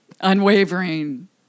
unwavering